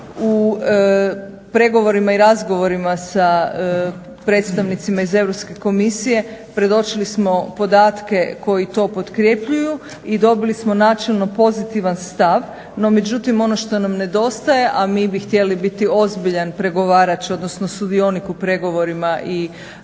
U pregovorima i razgovorima sa predstavnicima iz Europske komisije predočili smo podatke koji to potkrepljuju i dobili smo načelno pozitivan stav no međutim ono što nam nedostaje, a mi bi htjeli biti ozbiljan pregovarač, odnosno sudionik u pregovorima i